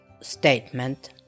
statement